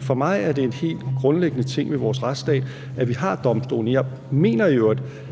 For mig er det en helt grundlæggende ting ved vores retsstat, at vi har domstolene. Jeg mener i